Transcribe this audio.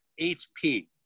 HP